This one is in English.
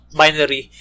binary